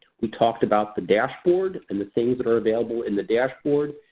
we talked about the dashboard and the things that are available in the dashboard.